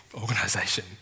organization